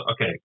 okay